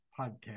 podcast